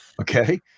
okay